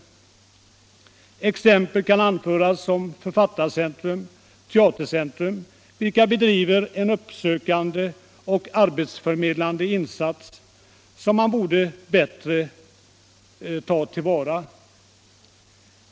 Som exempel kan nämnas Författarcentrum och Teatercentrum, vilka gör en uppsökande och arbetsförmedlande insats som man bättre borde ta till vara.